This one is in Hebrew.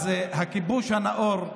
הכיבוש הנאור,